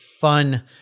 fun